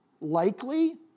Likely